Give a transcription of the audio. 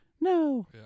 no